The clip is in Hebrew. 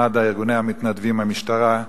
מד"א, ארגוני המתנדבים, המשטרה,